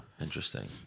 interesting